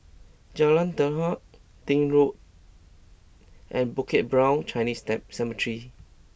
Jalan Daud Deal Road and Bukit Brown Chinese steam Cemetery